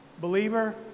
Believer